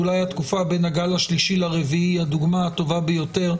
ואולי התקופה בין הגל השלישי לרביעי היא הדוגמה הטובה ביותר,